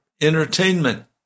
entertainment